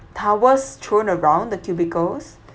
towels thrown around the cubicles